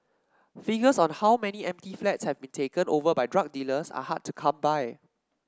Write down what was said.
figures on how many empty flats have been taken over by drug dealers are hard to come by